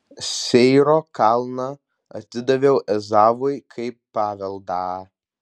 seyro kalną atidaviau ezavui kaip paveldą